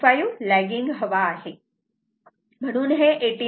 95 legging हवा आहे म्हणून हे 18